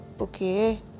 Okay